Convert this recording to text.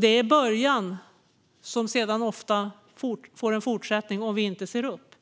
Det är en början. Sedan blir det ofta en fortsättning om vi inte ser upp.